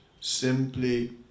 simply